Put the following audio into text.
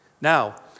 Now